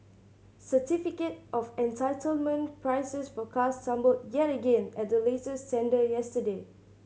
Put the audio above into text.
certificate of entitlement prices for cars tumbled yet again at the latest tender yesterday